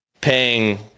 paying